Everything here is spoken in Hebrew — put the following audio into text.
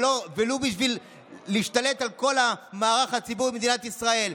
ולו בשביל להשתלט על כל המערך הציבורי במדינת ישראל,